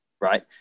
right